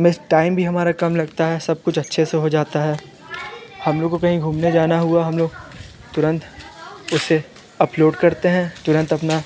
में टाइम भी हमारा कम लगता है सब कुछ अच्छे से हो जाता है हम लोगों को कहीं घूमने जाना हुआ हम लोग तुरंत उस से अपलोड करते है तुरंत अपना